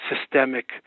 systemic